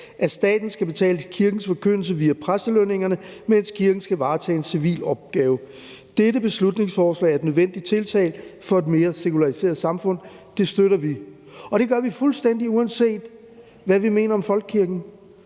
at staten skal betale til kirkens forkyndelse via præstelønningerne, mens kirken skal varetage en civil opgave. Dette beslutningsforslag er et nødvendigt tiltag for et mere sekulariseret samfund.« Det støtter vi, og det gør vi, fuldstændig uanset hvad vi mener om folkekirken.